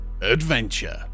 Adventure